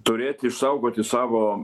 turėti išsaugoti savo